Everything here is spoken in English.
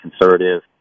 conservative